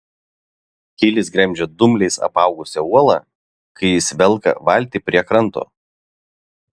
kilis gremžia dumbliais apaugusią uolą kai jis velka valtį prie kranto